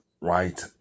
right